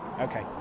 Okay